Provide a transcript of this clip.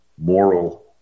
Moral